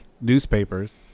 newspapers